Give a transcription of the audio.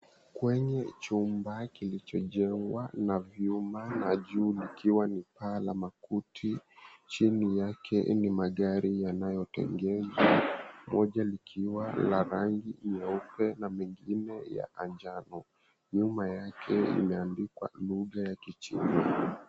Kwenye chumba kilichojengwa na vyuma na juu likiwa ni paa la makuti. Chini yake ni magari yanayotengenezwa, moja likiwa la rangi nyeupe na mengine ya manjano. Nyuma yake imeandikwa lugha ya kichina.